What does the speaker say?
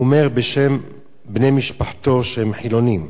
הוא אומר בשם בני משפחתו, שהם חילונים: